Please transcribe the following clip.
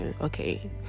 okay